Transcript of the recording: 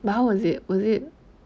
but how was it was it